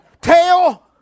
Tail